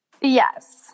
Yes